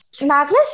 Magnus